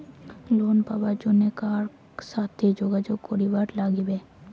Loan পাবার জন্যে কার সাথে যোগাযোগ করিবার লাগবে?